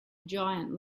giant